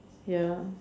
ya